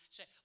say